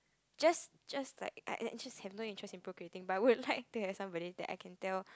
just just like I I~ just have no interest in procreating but would like to have somebody that I can tell